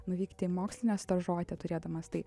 nuvykti į mokslinę stažuotę turėdamas tai